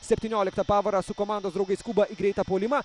septynioliktą pavarą su komandos draugais skuba į greitą puolimą